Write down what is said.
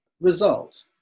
result